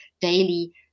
daily